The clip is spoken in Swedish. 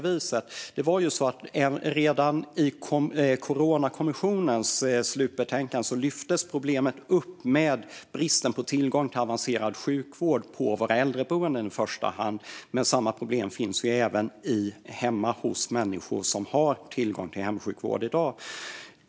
Redan i Coronakommissionens slutbetänkande lyftes problemet med bristen på tillgång till avancerad sjukvård på våra äldreboenden, i första hand; samma problem finns även hemma hos människor som har tillgång till hemsjukvård i dag.